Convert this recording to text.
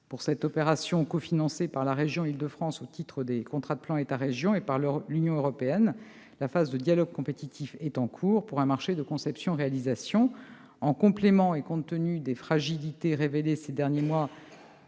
Pour cette opération, cofinancée par la région d'Île-de-France au titre des contrats de plan État-régions et par l'Union européenne, la phase de dialogue compétitif est en cours, pour un marché de conception-réalisation. En complément, compte tenu des fragilités révélées ces derniers mois